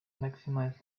maximize